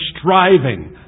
striving